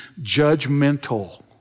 judgmental